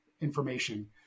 information